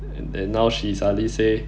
and then now she suddenly say